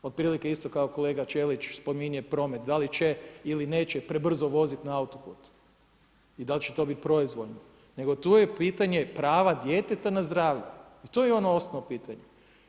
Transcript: Otprilike isto kao i kolega Ćelić spominje promet, da li će ili neće prebrzo voziti na autoputu i da li će to biti proizvoljno, nego tu je pitanje prava djeteta na zdravlje i to je ono osnovno pitanje.